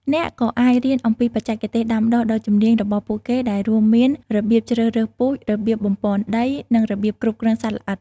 អ្នកក៏អាចរៀនអំពីបច្ចេកទេសដាំដុះដ៏ជំនាញរបស់ពួកគេ ដែលរួមមានរបៀបជ្រើសរើសពូជ របៀបបំប៉នដី និងរបៀបគ្រប់គ្រងសត្វល្អិត។